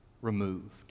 removed